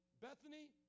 Bethany